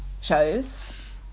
shows